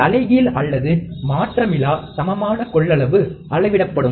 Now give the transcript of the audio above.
தலைகீழ் அல்லது மாற்றமிலா சமமான கொள்ளளவு அளவிடப்படும்